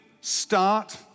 start